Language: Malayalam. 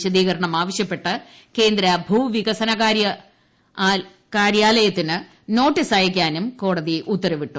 വിശദീകരണം ആവശ്യപ്പെട്ട് കേന്ദ്ര ഭൂവികസന കാര്യാലയത്തിന് നോട്ടീസ് അയക്കാനും കോടതി ഉത്തരവിട്ടു